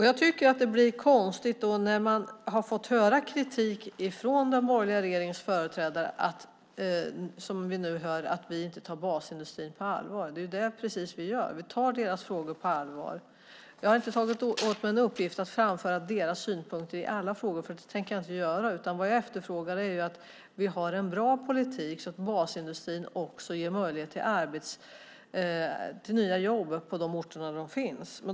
Jag tycker att det blir konstigt när vi får höra kritik från den borgerliga regeringens företrädare för att vi inte tar basindustrin på allvar. Det är precis det vi gör. Vi tar deras frågor på allvar. Jag har inte tagit som min uppgift att framföra deras synpunkter i alla frågor, det tänker jag inte göra, utan det jag efterfrågar är att vi har en bra politik som också ger möjlighet till nya jobb på de orter där basindustrin finns.